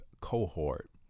cohort